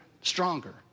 stronger